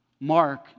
Mark